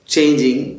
Changing